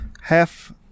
half